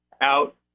out